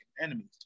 enemies